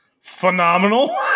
Phenomenal